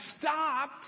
stopped